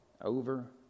Over